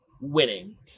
winning